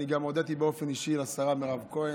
אני גם הודיתי באופן אישי לשרה מירב כהן,